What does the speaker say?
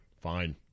Fine